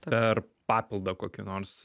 per papildą kokį nors